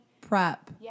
prep